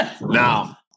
Now